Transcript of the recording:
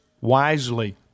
wisely